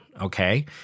okay